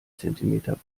zentimeter